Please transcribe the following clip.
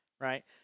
right